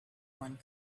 one